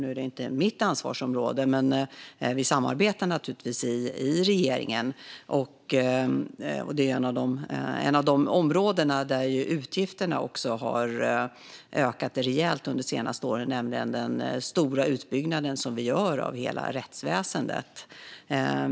Det är inte mitt ansvarsområde, men vi samarbetar givetvis i regeringen. Utgifterna här har ökat rejält de senaste åren på grund av den stora utbyggnaden av rättsväsendet.